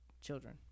children